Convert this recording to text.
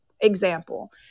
example